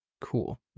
Cool